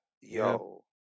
Yo